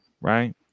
right